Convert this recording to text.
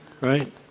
right